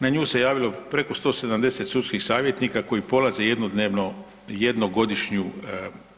Na nju se javilo preko 170 sudskih savjetnika koji polaze jednodnevno jednogodišnju